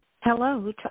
Hello